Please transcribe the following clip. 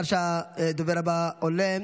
עד שהדובר הבא עולה,